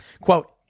Quote